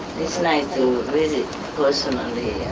nice to visit personally,